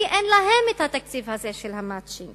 כי אין להם את התקציב הזה של ה"מצ'ינג".